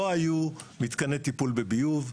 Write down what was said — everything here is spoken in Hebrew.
לא היו מתקני טיפול בביוב.